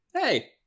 Hey